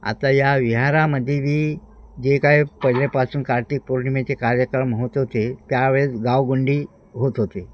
या विहारामध्ये बी जे काय पहिल्यापासून कार्तिक पौर्णिमेचे कार्यक्रम होत होते त्यावेळेस गावगुंडी होत होते